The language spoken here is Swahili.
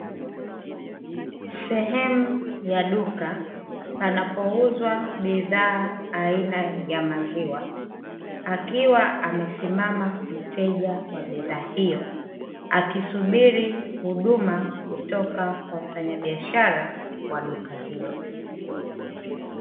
Sehemu ya duka, panapouzwa bidhaa aina ya maziwa, akiwa amesimama mteja wa bidhaa hiyo, akisubiri huduma kutoka kwa mfanyabiashara wa duka hilo.